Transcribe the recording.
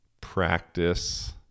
practice